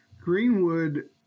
Greenwood